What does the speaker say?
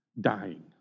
dying